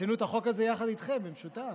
עשינו את החוק הזה יחד איתכם, במשותף.